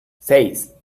seis